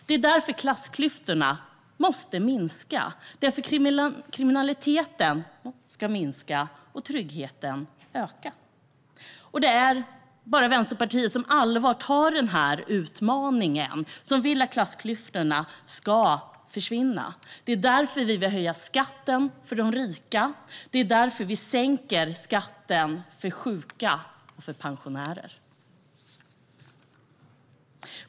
Det är därför klassklyftorna måste minska för att kriminaliteten ska minska och tryggheten öka. Det är bara Vänsterpartiet som tar denna utmaning på allvar. Det är vi som vill att klassklyftorna ska försvinna. Det är därför vi vill höja skatten för de rika, och det är därför vi sänker skatten för sjuka och för pensionärer.